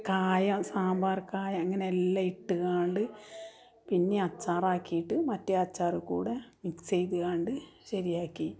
കായം സാമ്പാർ കായം അങ്ങനെയെല്ലാം ഇട്ടങ്ങാണ്ട് പിന്നെ അച്ചാർ ആക്കിയിട്ട് മറ്റേ അച്ചാർ കൂടെ മിക്സിതങ്ങാണ്ട് ശരിയാക്കി